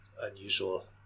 unusual